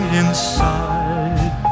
inside